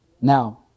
Now